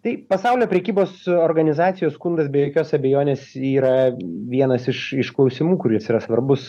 tai pasaulio prekybos organizacijos skundas be jokios abejonės yra vienas iš iš klausimų kuris yra svarbus